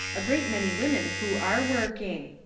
a great many women who are working.